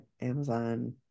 Amazon